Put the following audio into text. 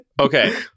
okay